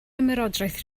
ymerodraeth